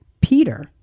Peter